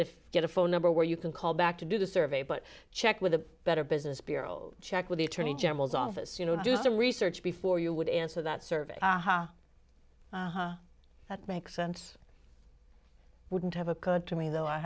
if you get a phone number where you can call back to do the survey but check with the better business bureau check with the attorney general's office you know do some research before you would answer that survey aha that makes sense wouldn't have occurred to me though i